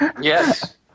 Yes